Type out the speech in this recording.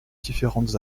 différentes